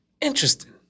Interesting